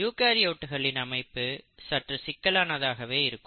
யூகரியோட்ஸ்களின் அமைப்பு சற்று சிக்கலானதாகவே இருக்கும்